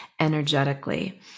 Energetically